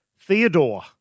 Theodore